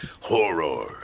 Horror